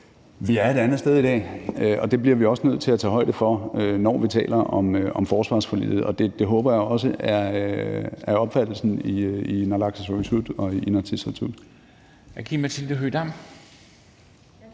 Vi er et andet sted i dag. Det bliver vi også nødt til at tage højde for, når vi taler om forsvarsforliget. Det håber jeg også er opfattelsen i naalakkersuisut og i Inatsisartut.